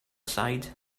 side